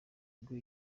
ubwo